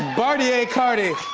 bartier cardi.